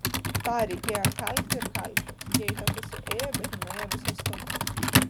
tą reikėjo kalti ir kalti jie į tą pusę ėjo bet nenuėjo viso atstumo